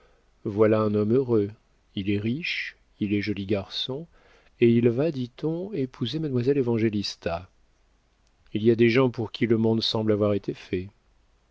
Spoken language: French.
voilà un homme heureux il est riche il est joli garçon et il va dit-on épouser mademoiselle évangélista il y a des gens pour qui le monde semble avoir été fait